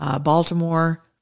Baltimore